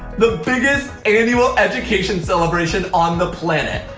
the biggest annual education celebration on the planet.